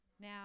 now